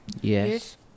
Yes